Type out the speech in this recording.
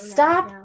Stop